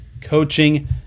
coaching